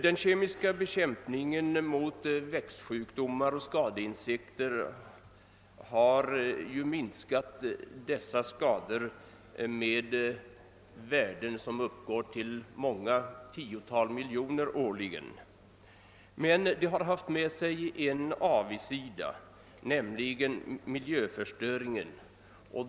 Den kemiska bekämpningen av växtsjukdomar och skadedjur har medfört att sådana skador har minskat till ett värde som uppgår till många tiotal miljoner kronor årligen. Den har dock haft en avigsida, nämligen miljöförstöringen.